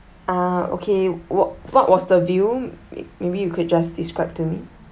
ah okay what what was the view maybe you could just describe to me